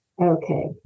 Okay